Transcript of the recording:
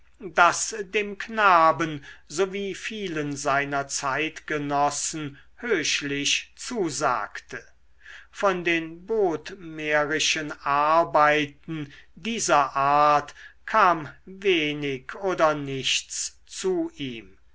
das dem knaben sowie vielen seiner zeitgenossen höchlich zusagte von den bodmerischen arbeiten dieser art kam wenig oder nichts zu ihm